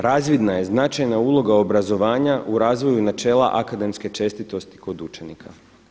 Razvidna je značajna uloga obrazovanja u razvoju načela akademske čestitosti kod učenika“